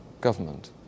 government